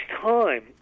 time